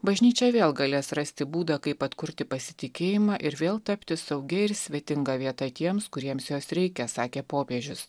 bažnyčia vėl galės rasti būdą kaip atkurti pasitikėjimą ir vėl tapti saugia ir svetinga vieta tiems kuriems jos reikia sakė popiežius